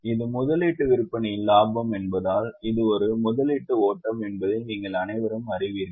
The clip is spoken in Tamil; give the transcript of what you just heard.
இது முதலீட்டு விற்பனையின் லாபம் என்பதால் இது ஒரு முதலீட்டு ஓட்டம் என்பதை நீங்கள் அனைவரும் அறிவீர்கள்